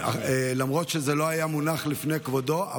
למרות שזה לא היה מונח לפני כבודו,